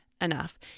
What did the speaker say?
enough